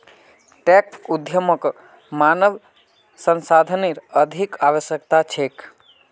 tech उद्यमक मानव संसाधनेर अधिक आवश्यकता छेक